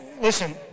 Listen